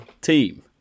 team